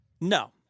No